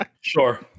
Sure